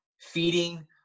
feeding